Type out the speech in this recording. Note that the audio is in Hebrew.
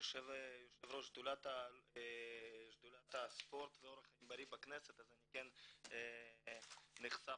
יו"ר שדולת הספורט ואורח חיים בריא בכנסת לכן אני נחשף